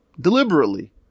Deliberately